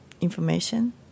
information